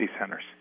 Centers